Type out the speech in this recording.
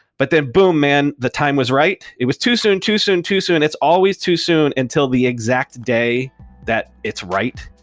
but then boom, man. the time was right. it was too soon, too soon, too soon. it's always too soon until the exact day that it's right.